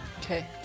Okay